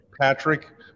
Patrick